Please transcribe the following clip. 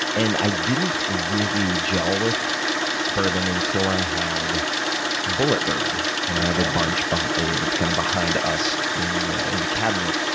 and i didn't really gel with bourbon until i had bulleit bourbon. and i have a bunch but and kind of behind us in in the cabinet.